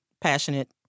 passionate